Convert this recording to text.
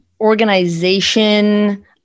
organization